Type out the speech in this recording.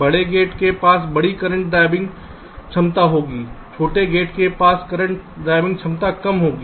बड़े गेट के पास बड़ी करंट ड्राइविंग क्षमता होगी छोटे गेटों में करंट ड्राइविंग क्षमता कम होगी